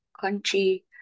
country